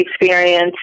experience